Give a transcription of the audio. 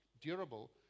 durable